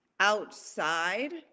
outside